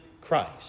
Christ